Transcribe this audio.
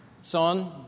son